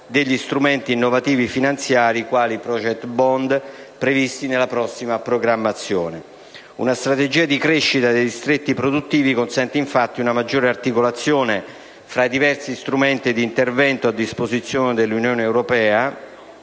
degli strumenti innovativi finanziari quali i *project bond* previsti nella prossima programmazione. Una strategia di crescita dei distretti produttivi consente infatti una maggiore articolazione fra i diversi strumenti di intervento a disposizione dell'Unione europea,